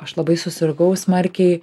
aš labai susirgau smarkiai